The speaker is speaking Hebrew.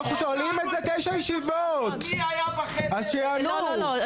אנחנו שואלים את זה תשע ישיבות אז שיענו.